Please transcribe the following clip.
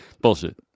Bullshit